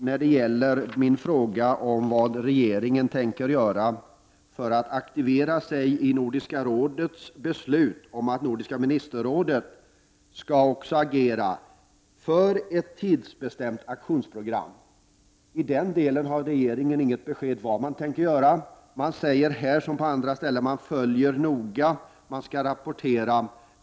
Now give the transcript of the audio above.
När det gäller min fråga om vad regeringen tänker göra för att aktivera sig i Nordiska rådets beslut att Nordiska ministerrådet skall agera för ett tidsbestämt aktionsprogram ger regeringen inget besked. Man säger här, som i andra frågor, att man noga följer detta och att man skall rapportera.